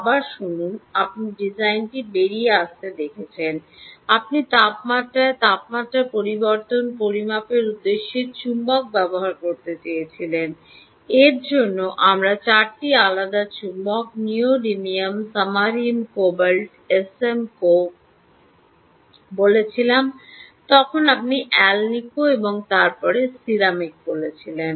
আবার শুনুন আপনি ডিজাইনটি বেরিয়ে আসতে দেখছেন আপনি তাপমাত্রায় তাপমাত্রা পরিবর্তন পরিমাপের উদ্দেশ্যে চুম্বক ব্যবহার করতে চেয়েছিলেন এর জন্য আমরা চারটি আলাদা চুম্বক neodymium samarium cobalt SM Co বলেছিলাম তখন আপনি এলিকানো এবং তারপরে সিরামিক বলেছিলেন